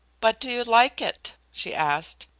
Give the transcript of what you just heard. but do you like it? she asked.